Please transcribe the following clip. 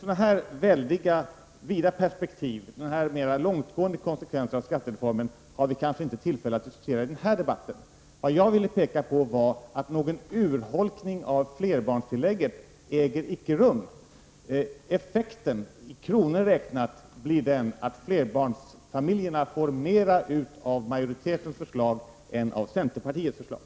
Sådana här perspektiv och mera långtgående konsekvenser av skattereformen har vi kanske inte tillfälle att diskutera i den här debatten. Vad jag ville påvisa var att det inte blir någon urholkning av flerbarnstillägget. Effekten i kronor räknat blir den att flerbarnsfamiljerna får ut mera av majoritetens förslag än av centerpartiets förslag.